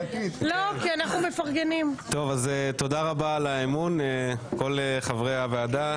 תודה רבה על האמון, כל חברי הוועדה.